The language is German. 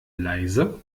leise